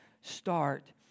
start